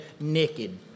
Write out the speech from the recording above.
Naked